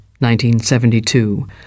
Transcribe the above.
1972